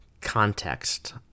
context